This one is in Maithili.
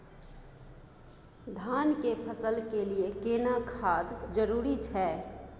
धान के फसल के लिये केना खाद जरूरी छै?